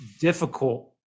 difficult